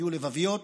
היו לבביות,